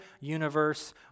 universe